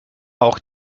auch